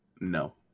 No